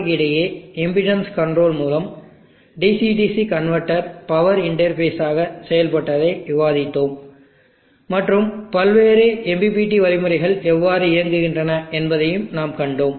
க்கு இடையே impedance control மூலம் DC DC converter power interface ஆக செயல்பட்டதை விவாதித்தோம் மற்றும் பல்வேறு MPPT வழிமுறைகள் எவ்வாறு இயங்குகின்றன என்பதையும் நாம் கண்டோம்